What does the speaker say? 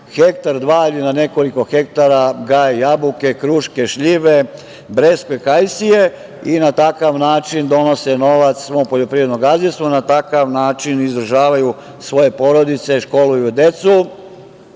gaje jabuke, kruške, šljive, breskve, kajsije i na taj način stvarno donose novac svom poljoprivrednom gazdinstvu, na takav način izdržavaju svoje porodice, školuju decu,